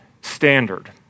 standard